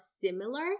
similar